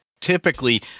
typically